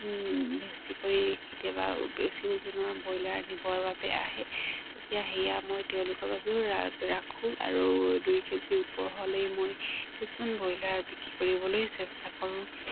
বেছিকৈ কেতিয়াবা বেছি ওজনৰ ব্ৰইলাৰ নিবৰ বাবে আহে তেতিয়া সেয়া মই তেওঁলোকৰ বাবেও ৰাখোঁ আৰু দুই কে জি ওপৰ হলেই মই কিছুমান ব্ৰইলাৰ বিক্ৰী কৰিবলৈ চেষ্টা কৰোঁ